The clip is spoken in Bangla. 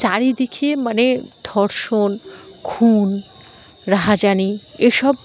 চারিদিকে মানে ধর্ষণ খুন রাহাজানি এসব